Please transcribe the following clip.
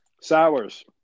Sours